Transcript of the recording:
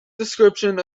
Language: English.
description